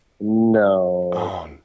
No